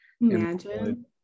Imagine